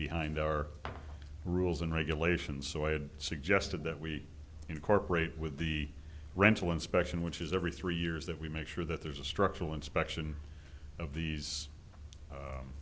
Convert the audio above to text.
behind our rules and regulations so i had suggested that we incorporate with the rental inspection which is every three years that we make sure that there's a structural inspection of these